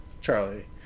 Charlie